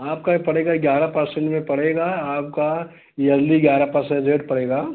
आपका पड़ेगा ग्यारह परसेंट में पड़ेगा आपका इयर्ली ग्यारह परसेंट रेट पड़ेगा